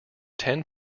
ten